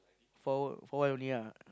for for awhile only lah